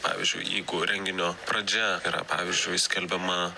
pavyzdžiui jeigu renginio pradžia yra pavyzdžiui skelbiama